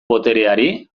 botereari